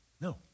No